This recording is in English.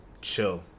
chill